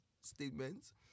statements